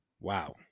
wow